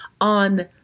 on